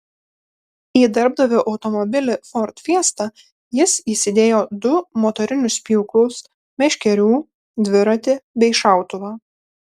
į darbdavio automobilį ford fiesta jis įsidėjo du motorinius pjūklus meškerių dviratį bei šautuvą